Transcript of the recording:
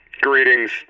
Greetings